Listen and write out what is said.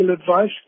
advice